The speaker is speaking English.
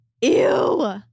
Ew